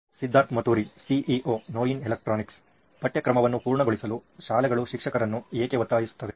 Siddharth Maturi CEO ನೋಯಿನ್ electronics ಪಠ್ಯಕ್ರಮವನ್ನು ಪೂರ್ಣಗೊಳಿಸಲು ಶಾಲೆಗಳು ಶಿಕ್ಷಕರನ್ನು ಏಕೆ ಒತ್ತಾಯಿಸುತ್ತವೆ